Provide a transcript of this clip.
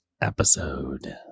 episode